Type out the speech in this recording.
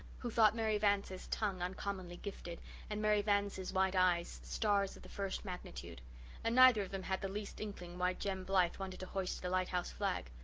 who thought mary vance's tongue uncommonly gifted and mary vance's white eyes stars of the first magnitude and neither of them had the least inkling why jem blythe wanted to hoist the lighthouse flag.